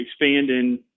expanding